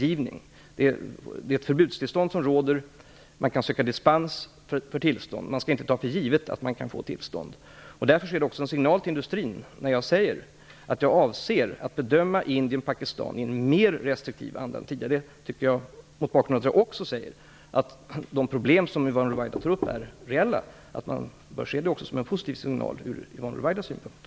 Det råder ett förbudstillstånd, och man kan söka dispens för tillstånd. Man skall inte ta för givet att man kan få tillstånd. Det är därför också en signal till industrin när jag säger att jag avser att bedöma Indien och Pakistan i en mer restriktiv anda än tidigare. Jag säger också att de problem som Yvonne Ruwaida nu tar upp är reella, och detta bör ses som en positiv signal också ur